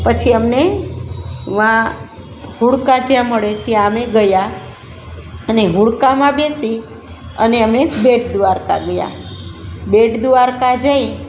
પછી અમને ત્યાં હોડકા જ્યાં મળે ત્યાં અમે ગયા અને હોડકામાં બેસી અને અમે બેટ દ્વારકા ગયા બેટ દ્વારકા જઈ